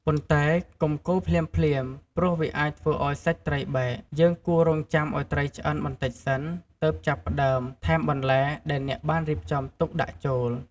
ប៉ុន្តែ កុំកូរភ្លាមៗ ព្រោះវាអាចធ្វើឱ្យសាច់ត្រីបែក យើងគួររង់ចាំឱ្យត្រីឆ្អិនបន្តិចសិន ទើបចាប់ផ្ដើម ថែមបន្លែ ដែលអ្នកបានរៀបចំទុកដាក់ចូល។